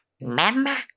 Mama